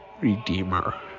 redeemer